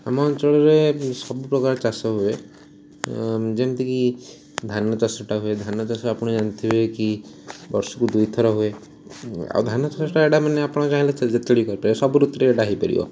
ଆମ ଅଞ୍ଚଳରେ ସବୁ ପ୍ରକାର ଚାଷ ହୁଏ ଯେମିତିକି ଧାନ ଚାଷଟା ହୁଏ ଧାନ ଚାଷ ଆପଣ ଜାଣିଥିବେ କି ବର୍ଷକୁ ଦୁଇଥର ହୁଏ ଆଉ ଧାନ ଚାଷଟା ଏଇଟା ମାନେ ଆପଣ ଚାହିଁଲେ ଯେତେବେଳେ ବି କରିପାରିବେ ସବୁ ଋତୁରେ ଏଇଟା ହେଇପାରିବ